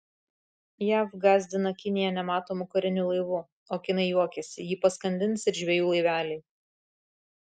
jav gąsdina kiniją nematomu kariniu laivu o kinai juokiasi jį paskandins ir žvejų laiveliai